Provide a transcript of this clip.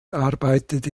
arbeitete